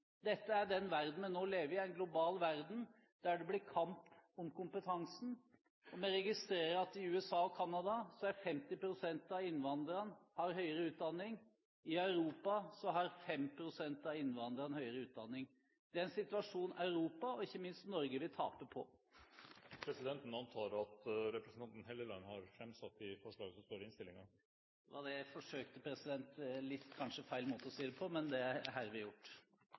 Dette er den verden vi nå lever i – en global verden der det blir kamp om kompetansen. Vi registrerer at i USA og Canada har 50 pst. av innvandrerne høyere utdanning. I Europa har 5 pst. av innvandrerne høyere utdanning. Det er en situasjon Europa, og ikke minst Norge, vil tape på. Presidenten antar at representanten Helleland har fremsatt de forslagene som står i innstillingen. Det var det jeg forsøkte. Det er kanskje litt feil måte å si det på, men det er herved gjort.